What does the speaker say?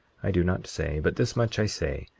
i do not say but this much i say,